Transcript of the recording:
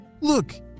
Look